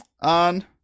On